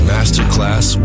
Masterclass